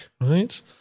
right